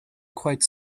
quite